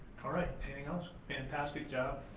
all right, anything else? fantastic job.